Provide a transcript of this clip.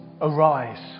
Arise